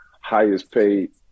highest-paid